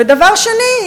ודבר שני,